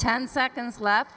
ten seconds left